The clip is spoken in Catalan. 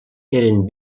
eren